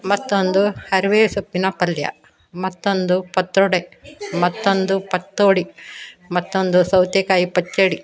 ಮತ್ತೊಂದು ಅರಿವೆ ಸೊಪ್ಪಿನ ಪಲ್ಯ ಮತ್ತೊಂದು ಪತ್ರೊಡೆ ಮತ್ತೊಂದು ಪತ್ರೊಡೆ ಮತ್ತೊಂದು ಸೌತೆಕಾಯಿ ಪಚ್ಚಡಿ